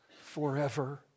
forever